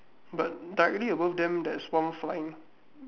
but directly above them there's one more flying